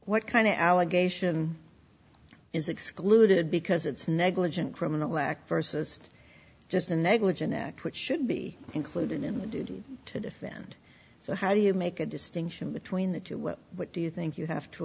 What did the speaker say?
of allegation is excluded because it's a negligent criminal act versus just a negligent act which should be included in the duty to defend so how do you make a distinction between the two with what do you think you have to